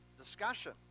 discussion